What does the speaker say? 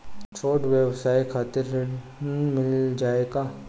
छोट ब्योसाय के खातिर ऋण मिल जाए का?